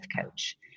coach